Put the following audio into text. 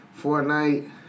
Fortnite